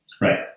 Right